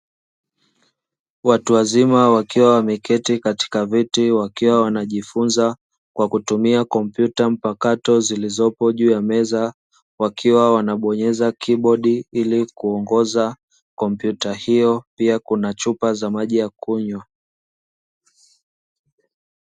Watu wazima wakiwa wameketi katika viti wakiwa wanajifunza, kwa kutumia kompyuta mpakato zilizopo juu ya meza, wakiwa wanabonyeza kibodi ili kuongoza kompyuta hiyo; pia kuna chupa za maji ya kunywa.